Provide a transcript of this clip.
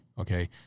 Okay